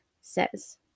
says